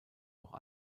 auch